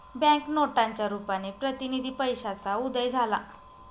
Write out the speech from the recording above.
bank नोटांच्या रुपाने प्रतिनिधी पैशाचा उदय झाला